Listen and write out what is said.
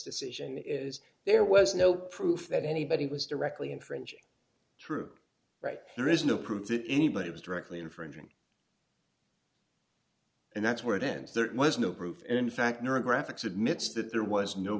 decision is there was no proof that anybody was directly infringing true right there is no proof that anybody was directly infringing and that's where it ends there was no proof and in fact neural graphics admits that there was no